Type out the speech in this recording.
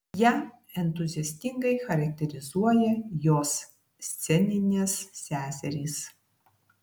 ją entuziastingai charakterizuoja jos sceninės seserys